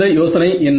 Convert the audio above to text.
இந்த யோசனை என்ன